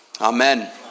Amen